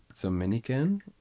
Dominican